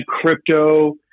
Crypto